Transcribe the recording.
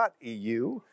EU